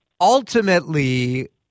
ultimately